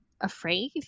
afraid